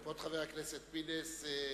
כבוד חבר הכנסת פינס,